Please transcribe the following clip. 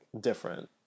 different